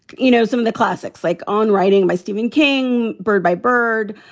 you know, some of the classics like on writing my stephen king, bird by bird.